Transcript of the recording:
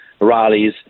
rallies